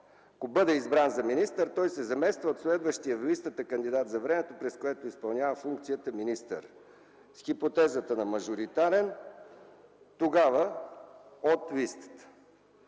Ако бъде избран за министър, той се замества от следващия в листата кандидат за времето, през което изпълнява функцията министър, с хипотезата на мажоритарен от листата.